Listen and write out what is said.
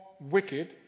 wicked